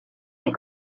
des